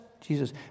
Jesus